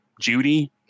Judy